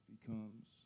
becomes